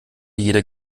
jeder